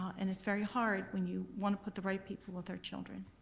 and it's very hard when you wanna put the right people with their children.